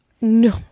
no